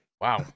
wow